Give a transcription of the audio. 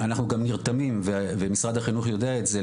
אנחנו גם נרתמים ומשרד החינוך יודע את זה,